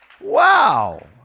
Wow